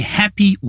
happy